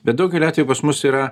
bet daugeliu atvejų pas mus yra